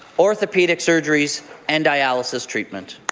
orthopedic surgeries and dialysis treatment.